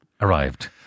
arrived